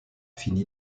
fini